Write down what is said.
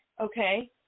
Okay